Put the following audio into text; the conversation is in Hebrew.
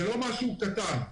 זה לא משהו קטן.